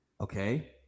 Okay